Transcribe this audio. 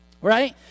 right